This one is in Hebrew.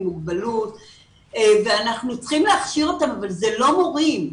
מוגבלות ואנחנו צריכים להכשיר אותם אבל זה לא מורים,